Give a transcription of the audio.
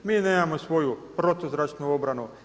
Mi nemamo svoju protuzračnu obranu.